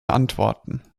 antworten